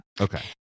Okay